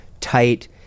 tight